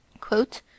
quote